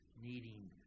needing